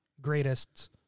greatest